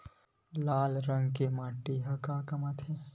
लाल रंग के माटी ह का काम आथे?